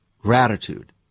Gratitude